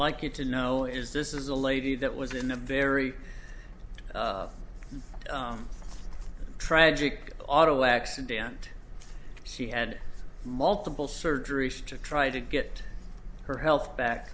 like you to know is this is a lady that was in a very tragic auto accident she had multiple surgeries to try to get her health back